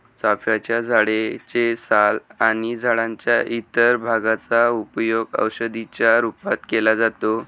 चाफ्याच्या झाडे चे साल आणि झाडाच्या इतर भागांचा उपयोग औषधी च्या रूपात केला जातो